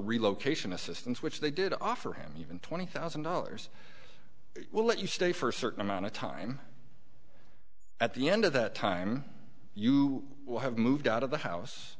relocation assistance which they did offer him even twenty thousand dollars will let you stay for a certain amount of time at the end of that time you will have moved out of the house